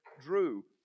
Drew